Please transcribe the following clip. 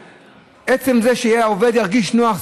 עצם זה שהעובד ירגיש נוח,